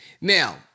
Now